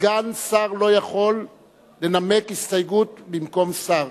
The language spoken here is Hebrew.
סגן שר לא יכול לנמק הסתייגות במקום שר.